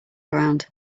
around